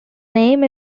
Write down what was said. name